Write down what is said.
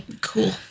Cool